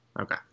Okay